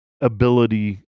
ability